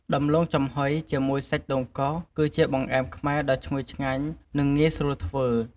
ដំឡូងចំហុយជាមួយសាច់ដូងកោស គឺជាបង្អែមខ្មែរដ៏ឈ្ងុយឆ្ងាញ់ និងងាយស្រួលធ្វើ។